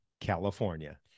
California